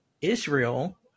Israel